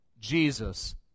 Jesus